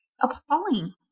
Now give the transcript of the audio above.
appalling